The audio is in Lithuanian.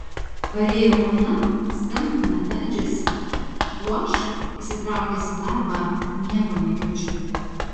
parėjo ona skambina beldžiasi o aš įsitraukęs į darbą nieko negirdžiu